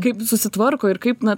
kaip susitvarko ir kaip na